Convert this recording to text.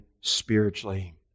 spiritually